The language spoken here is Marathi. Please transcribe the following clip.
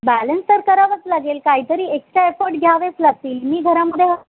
बॅलन्स तर करावंच लागेल काहीतरी एक्स्ट्रा एफर्ट घ्यावेच लागतील मी घरामध्ये